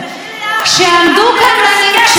אף אחד לא אמר: זו דמוקרטיה שלכם.